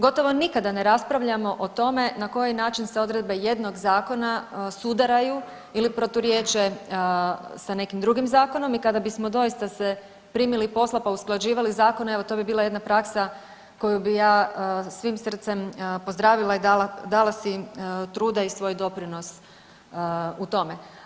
Gotovo nikada ne raspravljamo o tome na koji način se odredbe jednog zakona sudaraju ili proturječe sa nekim drugim zakonom i kada bismo doista se primili posla pa usklađivali zakon evo to bi bila jedna praksa koju bi ja svim srcem pozdravila i dala si truda i svoj doprinos u tome.